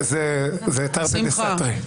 זה תרתי דסתרי.